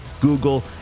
google